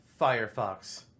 Firefox